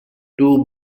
two